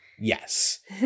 yes